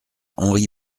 henri